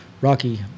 Rocky